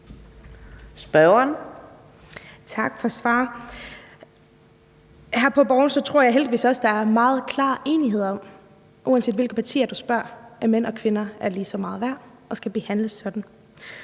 (LA): Tak for svar. Her på Borgen tror jeg heldigvis også, at der er meget klar enighed om, uanset hvilke partier du spørger, at mænd og kvinder er lige meget værd og skal behandles sådan.